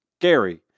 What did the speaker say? scary